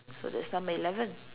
so that's number eleven